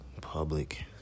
Public